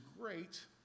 great